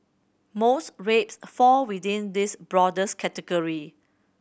most rapes fall within this broadest category